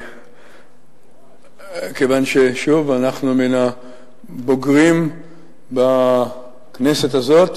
כיוון ששוב, אנחנו מהבוגרים בכנסת הזאת.